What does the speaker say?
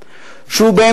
של השלום עם מצרים,